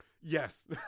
Yes